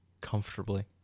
comfortably